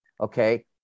Okay